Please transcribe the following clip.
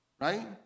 Right